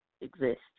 exist